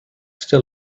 still